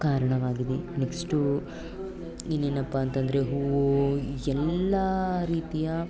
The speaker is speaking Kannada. ಕಾರಣವಾಗಿದೆ ನೆಕ್ಷ್ಟು ಇನ್ನೇನಪ್ಪ ಅಂತಂದರೆ ಹೂವು ಎಲ್ಲ ರೀತಿಯ